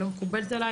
לא מקובלת.